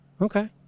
Okay